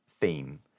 theme